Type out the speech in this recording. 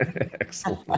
excellent